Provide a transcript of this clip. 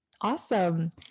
Awesome